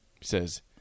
says